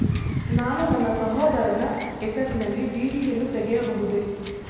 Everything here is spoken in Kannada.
ನಾನು ನನ್ನ ಸಹೋದರನ ಹೆಸರಿನಲ್ಲಿ ಡಿ.ಡಿ ಯನ್ನು ತೆಗೆಯಬಹುದೇ?